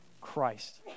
Christ